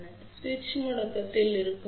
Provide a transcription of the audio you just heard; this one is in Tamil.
சுவிட்ச் முடக்கத்தில் இருக்கும்போது